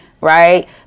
right